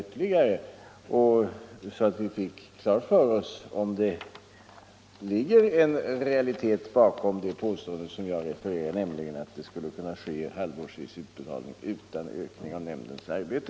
Då skulle vi få klart för oss om det ligger en realitet bakom det påståendet som jag refererat, nämligen att utbetalning skulle kunna ske halvårsvis utan ökning av nämndens arbete.